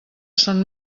són